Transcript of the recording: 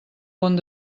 pont